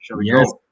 Yes